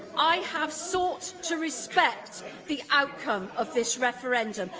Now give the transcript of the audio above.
i have sought to respect the outcome of this referendum,